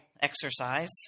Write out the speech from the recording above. exercise